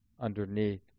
underneath